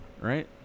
right